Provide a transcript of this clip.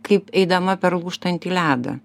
kaip eidama per lūžtantį ledą